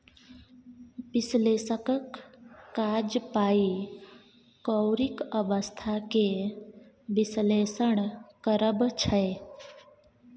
बिश्लेषकक काज पाइ कौरीक अबस्था केँ बिश्लेषण करब छै